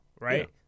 Right